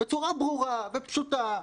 בצורה ברורה ופשוטה.